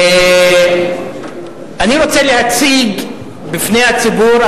אני רוצה להציג בפני הציבור,